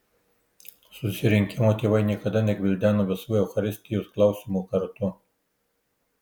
susirinkimo tėvai niekada negvildeno visų eucharistijos klausimų kartu